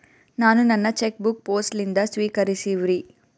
ನಾನು ನನ್ನ cheque book post ಲಿಂದ ಸ್ವೀಕರಿಸಿವ್ರಿ